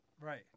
Right